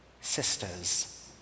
sisters